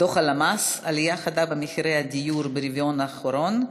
דוח הלמ"ס: עלייה חדה במחירי הדיור ברבעון האחרון,